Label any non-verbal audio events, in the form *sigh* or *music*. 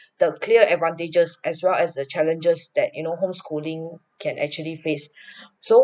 the clear advantages as well as the challenges that you know homeschooling can actually face *breath* so